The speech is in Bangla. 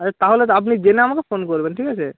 আচ্ছা তাহলে তো আপনি জেনে আমাকে ফোন করবেন ঠিক আছে